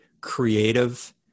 creative